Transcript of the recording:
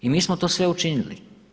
I mi smo to sve učinili.